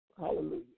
Hallelujah